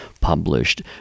published